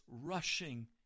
rushing